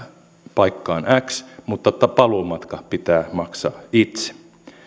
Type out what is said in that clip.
paikkaan x mutta paluumatka pitää maksaa itse